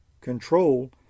control